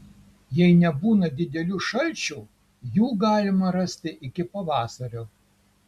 jei nebūna didelių šalčių jų galima rasti iki pavasario